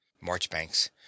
Marchbanks